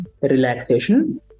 relaxation